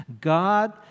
God